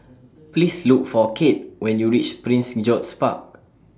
Please Look For Cade when YOU REACH Prince George's Park